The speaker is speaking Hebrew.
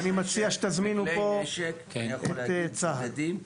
אני מציע שתזמינו לפה את צה"ל.